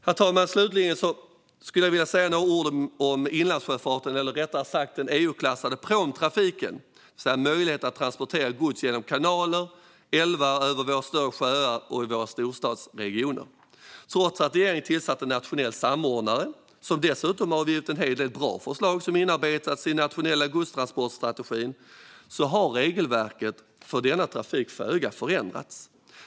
Herr talman! Slutligen skulle jag vilja säga några ord om inlandssjöfarten, eller rättare sagt om den EU-klassade pråmtrafiken och möjligheten att transportera gods genom kanaler och älvar, över våra större sjöar och i våra storstadsregioner. Trots att regeringen har tillsatt en nationell samordnare, som dessutom avgivit en hel del bra förslag som inarbetats i den nationella godstransportstrategin, har regelverket för denna trafik förändrats föga.